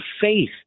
faith